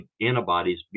antibodies